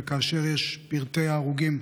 וכאשר יש פרטי הרוגים,